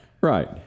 Right